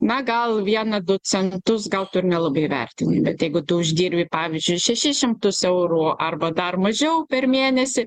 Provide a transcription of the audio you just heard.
na gal vieną du centus gal tu ir nelabai vertini bet jeigu tu uždirbi pavyzdžiui šešis šimtus eurų arba dar mažiau per mėnesį